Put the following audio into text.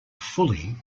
fully